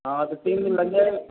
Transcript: हाँ तो तीन दिन लग जाएगा